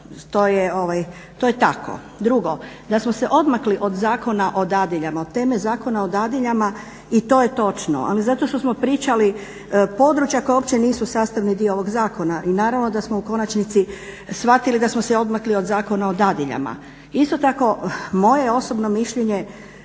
To je tako. Drugo, da smo se odmakli od Zakona o dadiljama, od teme Zakona o dadiljama i to je točno, ali zato što smo pričali područja koja uopće nisu sastavni dio ovog zakona. I naravno da smo u konačnici shvatili da smo se odmakli od Zakona o dadiljama. Isto tako, moje je osobno mišljenje,